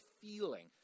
feeling